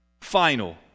Final